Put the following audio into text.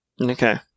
Okay